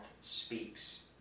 speaks